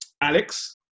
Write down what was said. Alex